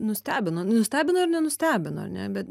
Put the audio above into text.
nustebino nustebino ir nenustebino ar ne bet